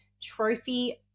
trophy